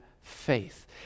faith